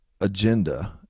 agenda